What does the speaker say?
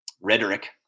rhetoric